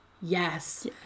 yes